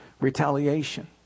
Retaliation